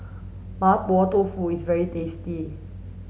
Mapo Tofu is very tasty